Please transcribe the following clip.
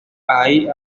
hay